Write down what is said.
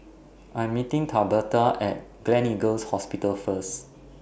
I'm meeting Tabetha At Gleneagles Hospital First